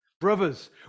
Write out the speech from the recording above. Brothers